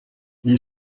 gli